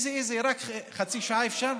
רק חצי שעה אפשר?